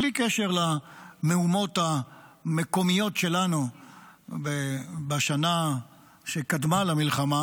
בלי קשר למהומות המקומיות שלנו בשנה שקדמה למלחמה,